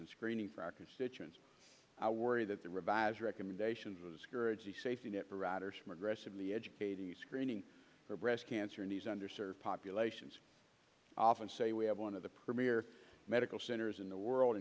and screening for our constituents i worry that the revised recommendations was the safety net for riders from aggressively educating screening for breast cancer in these under served populations often say we have one of the premier medical centers in the world